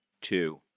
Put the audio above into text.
Two